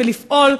ולפעול,